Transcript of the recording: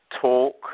talk